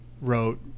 wrote